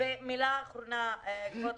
ומילה אחרונה, כבוד